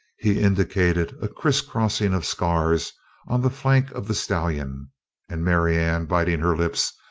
he indicated a criss-crossing of scars on the flank of the stallion and marianne, biting her lips,